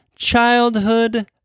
childhood